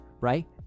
right